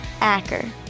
Acker